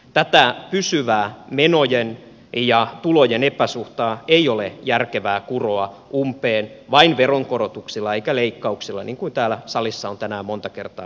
tätä pysyvää menojen ja tulojen epäsuhtaa ei ole järkevää kuroa umpeen vain veronkorotuksilla eikä leikkauksilla niin kuin täällä salissa on tänään monta kertaa todettu